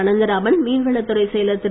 அனந்தராமன் மீன்வளத் துறைச் செயலர் திரு